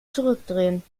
zurückdrehen